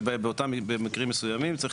שבאותם מקרים מסוימים,